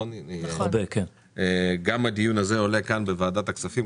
גם הדיון הזה עולה כאן בוועדת הכספים.